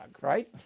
right